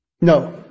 No